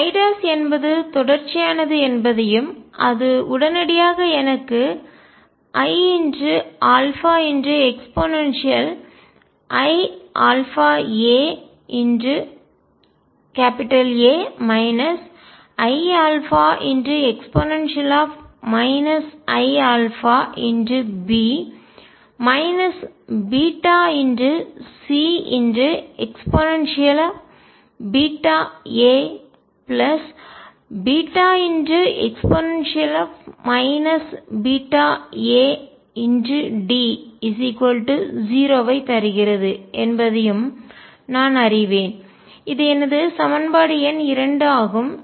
ψ என்பது தொடர்ச்சியானது என்பதையும் அது உடனடியாக எனக்கு ieiαaA ie iαB Ceβae βaD0 ஐ தருகிறது என்பதையும் நான் அறிவேன் இது எனது சமன்பாடு எண் 2 ஆகும்